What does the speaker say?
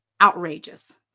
outrageous